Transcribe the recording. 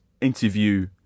interview